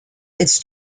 its